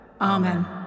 Amen